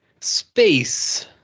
space